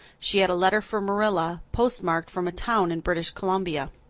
she had a letter for marilla, postmarked from a town in british columbia.